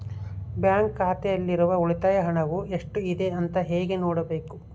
Bank ಖಾತೆಯಲ್ಲಿರುವ ಉಳಿತಾಯ ಹಣವು ಎಷ್ಟುಇದೆ ಅಂತ ಹೇಗೆ ನೋಡಬೇಕು?